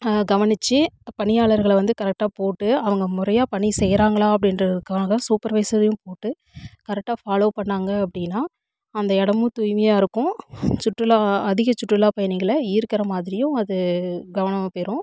கவனிச்சு பணியாளர்களை வந்து கரெக்டாக போட்டு அவங்க முறையாக பணி செய்யறாங்களா அப்படின்றத்துக்காக சூப்பர்வைஸரையும் போட்டு கரெக்டாக ஃபாலோ பண்ணாங்க அப்படின்னா அந்த இடமும் தூய்மையாக இருக்கும் சுற்றுலா அதிக சுற்றுலா பயணிகளை ஈர்க்கிற மாதிரியும் அது கவனமாக பெறும்